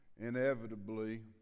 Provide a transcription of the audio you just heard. inevitably